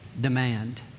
demand